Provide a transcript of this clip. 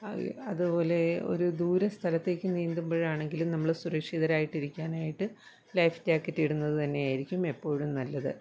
അതു പോലെ ഒരു ദൂര സ്ഥലത്തേക്ക് നീന്തുമ്പോഴാണെങ്കിലും നമ്മൾ സുരക്ഷിതരായിട്ട് ഇരിക്കാനായിട്ട് ലൈഫ് ജാക്കറ്റ് ഇടുന്നത് തന്നെ ആയിരിക്കും എപ്പോഴും നല്ലത്